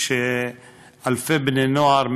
כשאלפי בני-נוער,